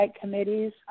committees